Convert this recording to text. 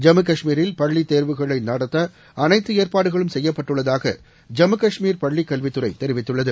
ஜம்மு கஷ்மீரில் பள்ளித் தேர்வுகளை நடத்த அனைத்து ஏற்பாடுகளும் செய்யப்பட்டுள்ளதாக ஜம்மு கஷ்மீர் பள்ளிக் கல்வித்துறை தெரிவித்துள்ளது